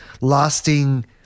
lasting